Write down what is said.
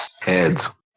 Heads